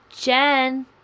Jen